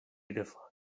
دفاعن